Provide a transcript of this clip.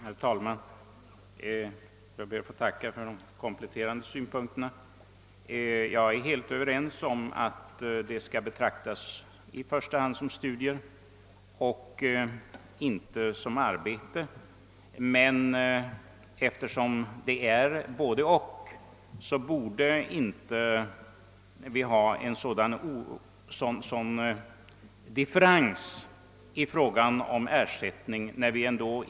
Herr talman! Jag ber att få tacka för de kompletterande synpunkterna. Jag är helt överens med statsrådet om att den här avsedda praktiken i första hand skall betraktas som studier och inte som arbete, men eftersom den kan sägas vara både-och borde vi inte ha en sådan differens i fråga om ersättningen som vi nu har.